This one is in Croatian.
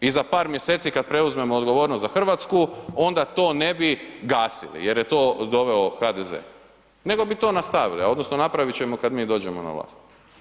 I za par mjeseci kad preuzmemo odgovornost za Hrvatsku onda to ne bi gasili jer je to doveo HDZ, nego bi to nastavili odnosno napravit ćemo kad mi dođemo na vlas.